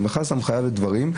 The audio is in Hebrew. במכרז אתה מחויב לדברים,